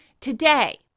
today